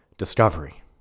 discovery